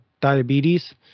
diabetes